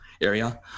area